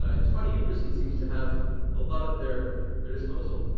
ah it's funny, a prison seems to have a lot at their their disposal.